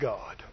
God